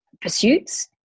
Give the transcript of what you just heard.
pursuits